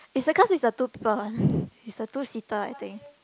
it's the class is the two people one it's the two seater I think